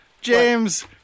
James